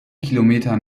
kilometer